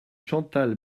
chantal